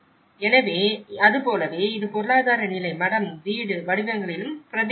எனவே அது போலவே இது பொருளாதார நிலை மடம் வீடு வடிவங்களிலும் பிரதிபலித்தது